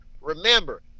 Remember